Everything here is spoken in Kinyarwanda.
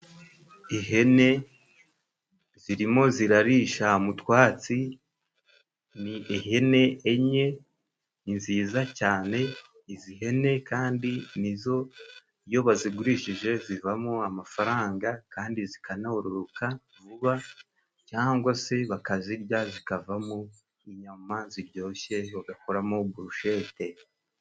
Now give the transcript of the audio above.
Ihene zirimo zirarisha mu twatsi, ni ihene enye nziza cyane, izi ihene kandi ni zo iyo bazigurishije zivamo amafaranga kandi zikanororoka vuba cyangwa se bakazirya, zikavamo inyama ziryoshye, bagakoramo boroshete.